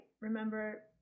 remember